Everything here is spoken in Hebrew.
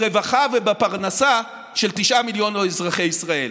ברווחה ובפרנסה של תשעה מיליון אזרחי ישראל,